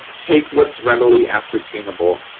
take what's readily ascertainable.